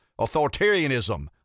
authoritarianism